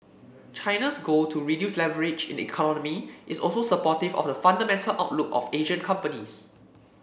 China's goal to reduce leverage in the economy is also supportive of the fundamental outlook of Asian companies